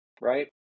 right